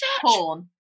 porn